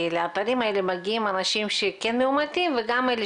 כי לאתרים האלה מגיעים אנשים שכן מאומתים וגם אלה